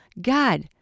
God